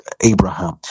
abraham